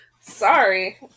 Sorry